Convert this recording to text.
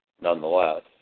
nonetheless